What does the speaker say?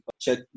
check